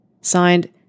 Signed